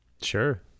Sure